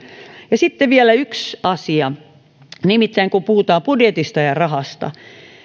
sitten vielä yksi asia kun puhutaan budjetista ja rahasta